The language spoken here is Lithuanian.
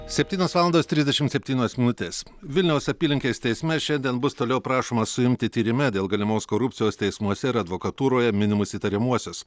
septynios valandos trisdešimt septynios minutės vilniaus apylinkės teisme šiandien bus toliau prašoma suimti tyrime dėl galimos korupcijos teismuose ir advokatūroje minimus įtariamuosius